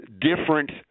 different